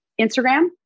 Instagram